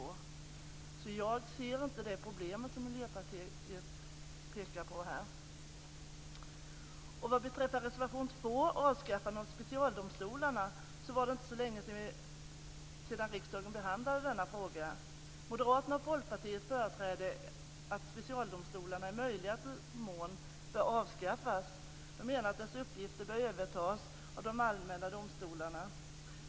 Därför ser jag inte det problem som Miljöpartiet pekar på. Vad beträffar reservation 2, Avskaffande av specialdomstolarna, var det inte så länge sedan riksdagen behandlade denna fråga. Moderaterna och Folkpartiet företräder att specialdomstolarna i möjligaste mån bör avskaffas. De menar att deras uppgifter bör övertas av de allmänna domstolarna.